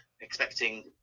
expecting